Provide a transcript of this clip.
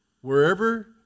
wherever